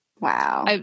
wow